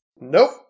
Nope